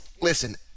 listen